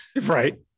Right